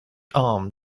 arm